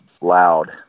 loud